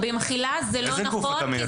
במחילה, זה לא נכון.